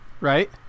right